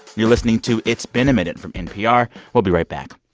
you're listening to it's been a minute from npr. we'll be right back